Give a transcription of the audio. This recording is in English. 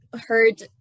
heard